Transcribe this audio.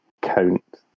count